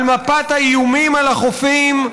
על מפת האיומים על החופים,